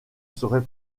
serait